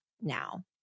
now